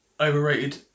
Overrated